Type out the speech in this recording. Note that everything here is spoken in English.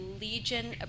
Legion